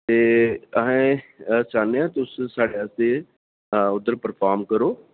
ते असें अस चाह्न्ने आं तुस साढ़े आस्तै उद्धर परफार्म करो